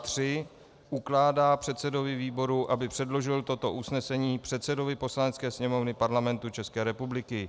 III. ukládá předsedovi výboru, aby předložil toto usnesení předsedovi Poslanecké sněmovny Parlamentu České republiky.